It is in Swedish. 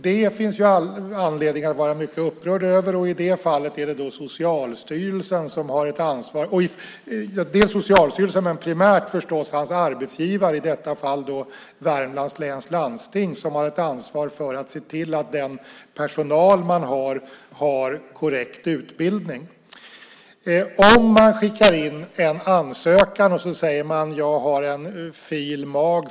Det finns det all anledning att vara mycket upprörd över. I det fallet är det dels Socialstyrelsen som har ansvar, dels primärt förstås arbetsgivaren, i detta fall Värmlands läns landsting, som har ett ansvar för att se till att den personal man har också har korrekt utbildning. Om man skickar in en ansökan och säger att man har en fil.mag.